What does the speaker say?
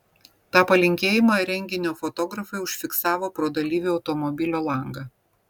tą palinkėjimą renginio fotografai užfiksavo pro dalyvių automobilio langą